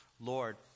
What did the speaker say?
Lord